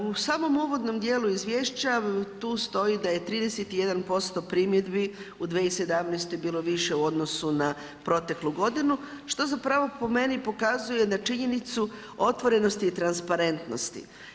U samom uvodnom dijelu Izvješća, tu stoji da je 31% primjedbi u 2017. bilo više u odnosu na proteklu godinu, što zapravo po meni pokazuje na činjenicu otvorenosti i transparentnosti.